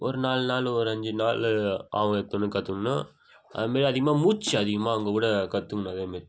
ஒரு நாலு நாள் ஒரு அஞ்சு நாள் ஆகும் எடுத்தொன்னே கற்றுக்கணுன்னா அது மாரி அதிகமாக மூச்சு அதிகமாக அங்கே விட கற்றுக்குணும் அதேமாரி